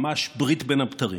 ממש ברית בין הבתרים.